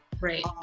Right